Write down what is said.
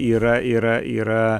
yra yra yra